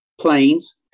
planes